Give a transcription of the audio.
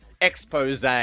expose